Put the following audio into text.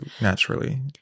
naturally